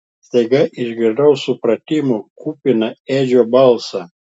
staiga išgirdau supratimo kupiną edžio balsą